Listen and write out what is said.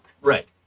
Right